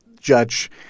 judge